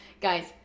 Guys